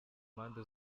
mpande